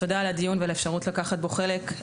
תודה על הדיון ועל האפשרות לקחת בו חלק.